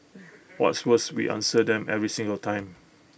what's worse we answer them every single time